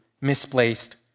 misplaced